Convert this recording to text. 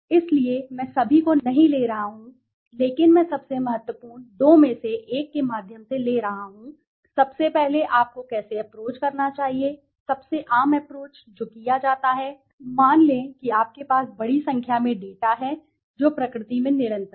इसलिए मैं सभी को नहीं ले रहा हूं लेकिन मैं सबसे महत्वपूर्ण दो में से एक के माध्यम से ले रहा हूं सबसे पहले आपको कैसे एप्रोच करना चाहिए सबसे आम एप्रोच जो किया जाता है मान लें कि आपके पास बड़ी संख्या में डेटा है जो प्रकृति में निरंतर है